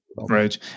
right